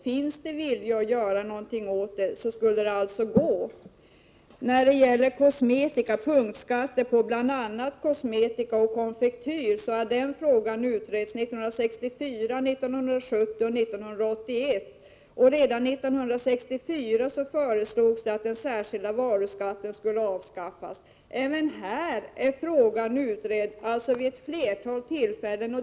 Finns det en vilja att göra någonting åt detta skulle det alltså gå bra. Frågan om punktskatter på bl.a. kosmetika och konfektyr har utretts 1964, 1970 och 1981. Redan 1964 föreslogs att den särskilda varuskatten skulle avskaffas. Även den frågan har alltså utretts vid ett flertal tillfällen.